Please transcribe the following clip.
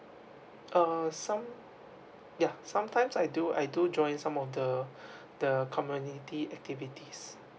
uh some ya sometimes I do I do join some of the the community activities